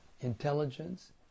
intelligence